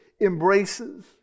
embraces